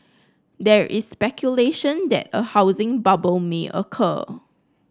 there is speculation that a housing bubble may occur